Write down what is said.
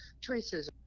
choices